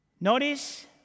Notice